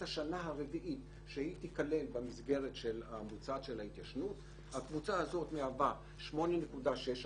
השנה הרביעית שתיכלל במסגרת הממוצעת של ההתיישנות הקבוצה הזאת היא 8.6%,